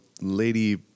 lady